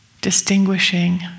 distinguishing